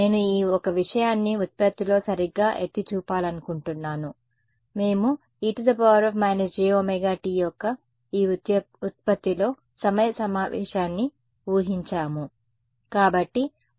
నేను ఈ ఒక విషయాన్ని వ్యుత్పత్తిలో సరిగ్గా ఎత్తి చూపించాలనుకుంటున్నాను మేము e jωt యొక్క ఈ వ్యుత్పత్తిలో సమయ సమావేశాన్ని ఊహించాము